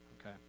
Okay